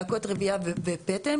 להקות רוויה ופטם,